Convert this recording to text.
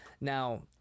Now